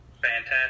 fantastic